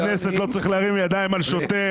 אף חבר כנסת לא צריך להרים יד על שוטר,